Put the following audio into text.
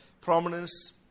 prominence